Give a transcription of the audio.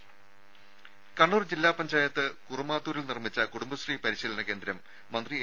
ദേദ കണ്ണൂർ ജില്ലാ പഞ്ചായത്ത് കുറുമാത്തൂരിൽ നിർമ്മിച്ച കുടുംബശ്രീ പരിശീലന കേന്ദ്രം മന്ത്രി എ